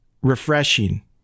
refreshing